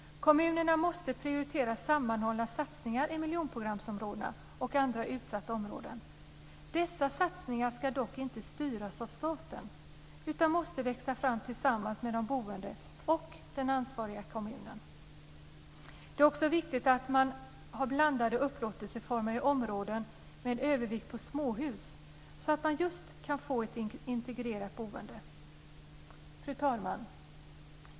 Kommunerna måste prioritera sammanhållna satsningar i miljonprogramsområdena och andra utsatta områden. Dessa satsningar ska dock inte styras av staten utan måste växa fram tillsammans med de boende och den ansvariga kommunen. Det är också viktigt att man har blandade upplåtelseformer i områden med en övervikt på småhus så att man just kan få ett integrerat boende. Fru talman!